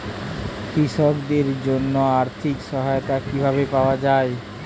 কৃষকদের জন্য আর্থিক সহায়তা কিভাবে পাওয়া য়ায়?